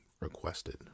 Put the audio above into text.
requested